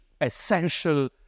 Essential